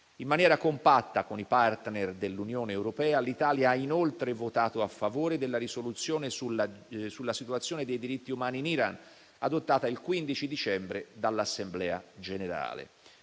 In maniera compatta con i *partner* dell'Unione europea, l'Italia ha inoltre votato a favore della risoluzione sulla situazione dei diritti umani in Iran, adottata il 15 dicembre dall'Assemblea generale.